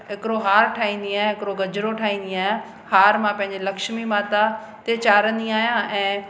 हिकिड़ो हार ठाहींदी आहियां हिकिड़ो गजरो ठाहींदी आहिंयां हार मां पंहिंजे लक्ष्मी माता ते चाढ़ंदी आहियां ऐं